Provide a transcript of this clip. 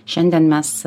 šiandien mes